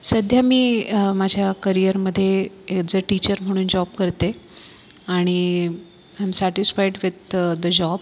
सध्या मी माझ्या करियरमध्ये ॲज अ टीचर म्हणून जॉब करते आणि am satisfied with the the job